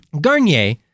Garnier